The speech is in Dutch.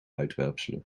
uitwerpselen